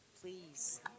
Please